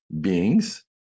beings